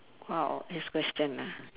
!wow! this question ah